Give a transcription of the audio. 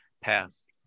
passed